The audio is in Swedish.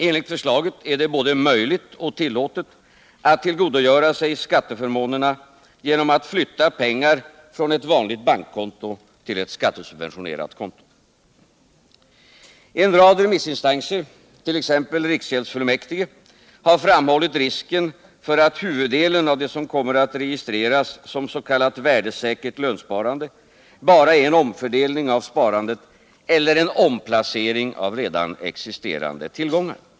Enligt förslaget är det både möjligt och tillåtet att tillgodogöra sig skatteförmånerna genom att flytta pengar från ett vanligt bankkonto till ett skattesubventionerat konto. En rad remissinstanser, t.ex. riksgäldsfullmäktige, har framhållit risken för att huvuddelen av det som kommer att registreras som s.k. värdesäkert lönsparande bara är en omfördelning av sparandet eller en omplacering av redan existerande tillgångar.